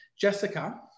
Jessica